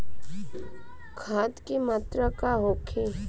खाध के मात्रा का होखे?